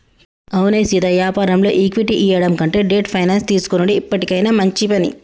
అవునే సీతా యాపారంలో ఈక్విటీ ఇయ్యడం కంటే డెట్ ఫైనాన్స్ తీసుకొనుడే ఎప్పటికైనా మంచి పని